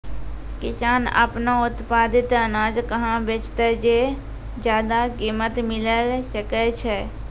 किसान आपनो उत्पादित अनाज कहाँ बेचतै जे ज्यादा कीमत मिलैल सकै छै?